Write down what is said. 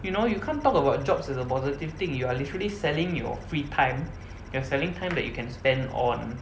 you know you can't talk about jobs as a positive thing you are literally selling your free time you're selling time that you can spend on